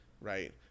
Right